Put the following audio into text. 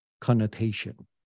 connotation